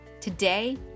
today